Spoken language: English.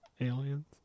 Aliens